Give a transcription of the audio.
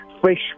fresh